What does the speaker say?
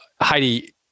Heidi